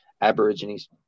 Aborigines